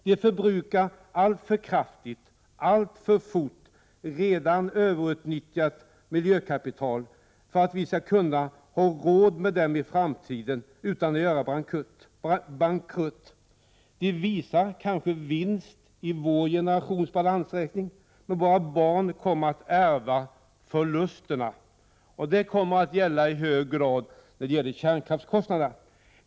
De förbrukar alltför kraftigt, alltför fort redan överutnyttjat miljökapital för att vi skall kunna ha råd med dem i framtiden utan att göra bankrutt. De visar kanske vinst i vår generations balansräkningar, men våra barn kommer att ärva förlusterna.” Detta kommer i hög grad att gälla 129 kärnkraftskostnaderna.